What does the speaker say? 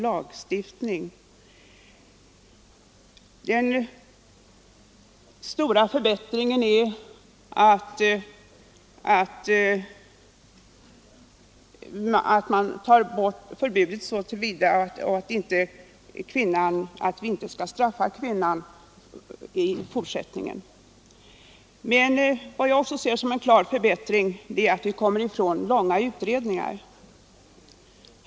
Den stora förbättringen är att man tar bort förbudet så till vida att vi inte skall straffa kvinnan i fortsättningen. Men vad jag också betraktar som en klar förbättring är att vi kommer ifrån långa utredningar.